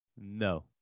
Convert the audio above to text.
No